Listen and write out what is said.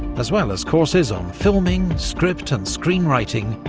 as well as courses on filming, script and screen-writing,